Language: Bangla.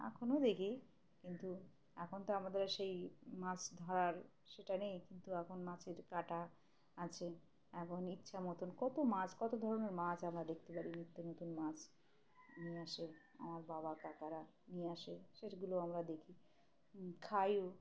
এখনও দেখি কিন্তু এখন তো আমাদের সেই মাছ ধরার সেটা নেই কিন্তু এখন মাছের কাটা আছে এখন ইচ্ছা মতন কত মাছ কত ধরনের মাছ আমরা দেখতে পারি নিত্য নতুন মাছ নিয়ে আসে আমার বাবা কাকারা নিয়ে আসে সেগুলো আমরা দেখি খাইও